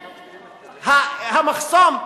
המחסום,